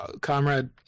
Comrade